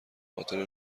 خاطر